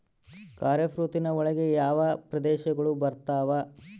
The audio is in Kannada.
ಖಾರೇಫ್ ಋತುವಿನ ಒಳಗೆ ಯಾವ ಯಾವ ಪ್ರದೇಶಗಳು ಬರ್ತಾವ?